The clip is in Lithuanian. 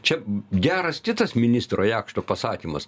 čia geras kitas ministro jakšto pasakymas